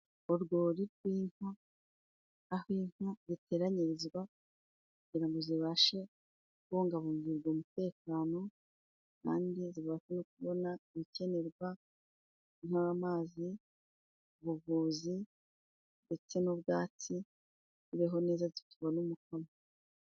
Urwuri rw'inka aho inka ziteranyirizwa kugira ngo zibashe kubungabungirwa umutekano kandi zibashe kubona ibikenerwa nk'amazi, ubuvuzi ndetse n'ubwatsi zibeho neza zibone umukamo.